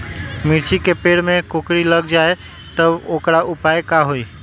मिर्ची के पेड़ में कोकरी लग जाये त वोकर उपाय का होई?